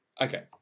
okay